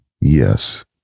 Yes